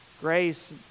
Grace